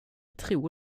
tro